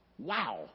Wow